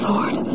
Lord